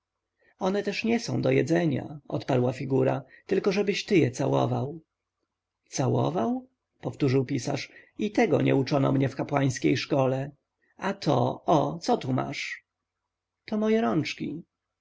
one też nie są do jedzenia odparła figura tylko żebyś ty je całował całował powtórzył pisarz i tego nie uczono mnie w kapłańskiej szkole a to o co to masz to moje rączki